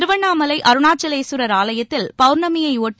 திருவண்ணாமலை அருணாச்சலேஸ்வரர் ஆலயத்தில் பௌர்ணமியை ஒட்டி